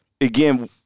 again